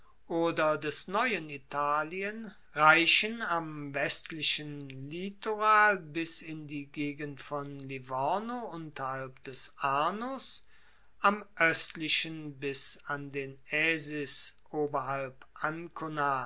oder des neuen italien reichen am westlichen litoral bis in die gegend von livorno unterhalb des arnus am oestlichen bis an den aesis oberhalb ancona